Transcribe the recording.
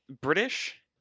British